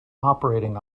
operating